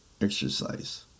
exercise